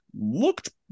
looked